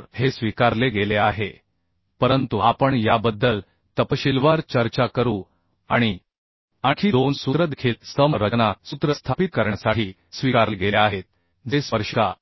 तर हे स्वीकारले गेले आहे परंतु आपण याबद्दल तपशीलवार चर्चा करू आणि आणखी दोन सूत्र देखील स्तंभ रचना सूत्र स्थापित करण्यासाठी स्वीकारले गेले आहेत जे स्पर्शिका